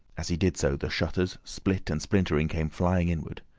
as he did so, the shutters, split and splintering, came flying inward.